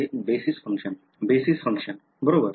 basis function बरोबर